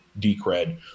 Decred